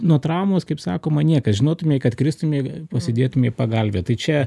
nuo traumos kaip sakoma niekas žinotumei kad kristumėm pasidėtumei pagalvę tai čia